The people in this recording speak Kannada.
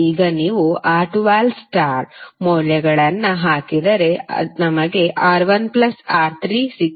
ಈಗ ನೀವು R12 ಸ್ಟಾರ್ ಮೌಲ್ಯಗಳನ್ನು ಹಾಕಿದರೆ ನಮಗೆ R1R3 ಸಿಕ್ಕಿದೆ